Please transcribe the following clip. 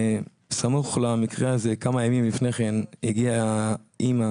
וסמוך למקרה הזה, כמה ימים לפני כן הגיעה אמא